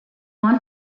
want